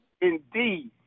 indeed